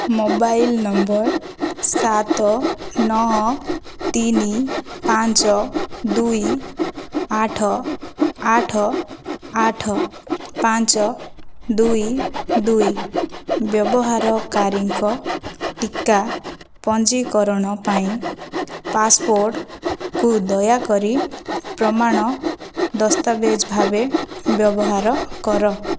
mobile number ସାତ ନଅ ତିନି ପାଞ୍ଚ ଦୁଇ ଆଠ ଆଠ ଆଠ ପାଞ୍ଚ ଦୁଇ ଦୁଇ ବ୍ୟବହାରକାରୀଙ୍କ ଟିକା ପଞ୍ଜୀକରଣ ପାଇଁ ପାସ୍ପୋର୍ଟକୁ ଦୟାକରି ପ୍ରମାଣ ଦସ୍ତାବେଜ ଭାବେ ବ୍ୟବହାର କର